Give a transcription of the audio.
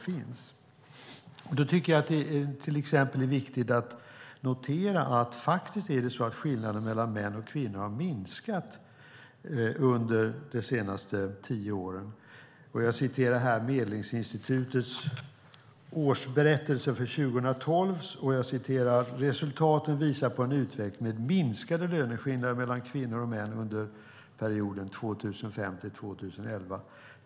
Jag tycker till exempel att det är viktigt att notera att skillnaderna mellan män och kvinnor har minskat under de senaste tio åren. Medlingsinstitutet skriver i sin årsberättelse för 2012: "Resultaten visar på en utveckling med minskade löneskillnader mellan kvinnor och män under 2005-2011.